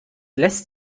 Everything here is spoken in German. lässt